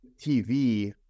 TV